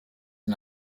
and